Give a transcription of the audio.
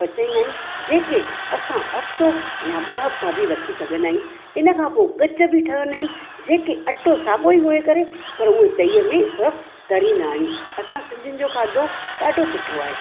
पचाईंदा आहियूं जेके असां हफ़्तो या ॿ हफ़्ता बि रखी सघंदा आहियूं इन खां पोइ गच बि ठहंदा आहिनि जेके अटो साॻियो ई ॻोहे करे पर उहो तईअ में सिर्फ़ु तरींदा आहियूं असां सिंधियुनि जो खाधो ॾाढो सुठो आहे